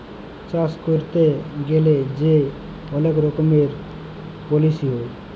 চাষ ক্যইরতে গ্যালে যে অলেক রকমের পলিছি হ্যয়